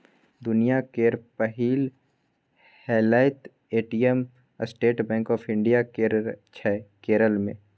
दुनियाँ केर पहिल हेलैत ATM State Bank of India केर छै केरल मे